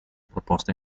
proposta